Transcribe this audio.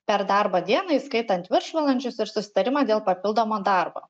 per darbo dieną įskaitant viršvalandžius ir susitarimą dėl papildomo darbo